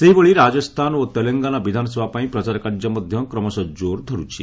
ସେହିଭଳି ରାଜସ୍ଥାନ ଓ ତେଲଙ୍ଗାନା ବିଧାନସଭା ପାଇଁ ପ୍ରଚାର କାର୍ଯ୍ୟ ମଧ୍ୟ କ୍ରମଶଃ କୋର ଧରୁଛି